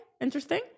Interesting